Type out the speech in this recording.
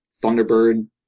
Thunderbird